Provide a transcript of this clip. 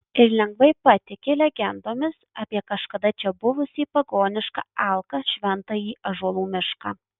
ir lengvai patiki legendomis apie kažkada čia buvusį pagonišką alką šventąjį ąžuolų mišką